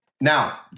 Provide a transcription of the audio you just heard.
Now